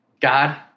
God